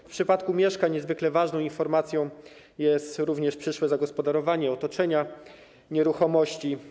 W przypadku mieszkań niezwykle ważną informacją jest również przyszłe zagospodarowanie otoczenia nieruchomości.